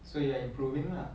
so you are improving lah